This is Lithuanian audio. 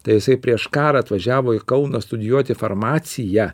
tai jisai prieš karą atvažiavo į kauną studijuoti farmaciją